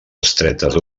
estretes